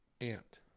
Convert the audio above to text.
Ant